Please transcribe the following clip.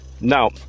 Now